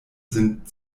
sind